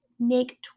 make